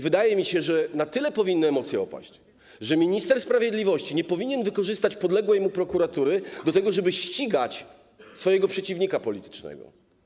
Wydaje mi się, że emocje powinny na tyle opaść, że minister sprawiedliwości nie powinien wykorzystywać podległej mu prokuratury do tego, żeby ścigać swojego przeciwnika politycznego.